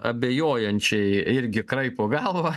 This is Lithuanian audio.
abejojančiai irgi kraipo galvą